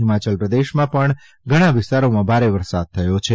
હીમાચલ પ્રદેશમાં પણ ઘણા વિસ્તારોમાં ભારે વરસાદ થયો છે